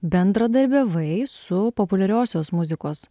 bendradarbiavai su populiariosios muzikos